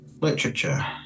literature